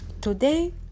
today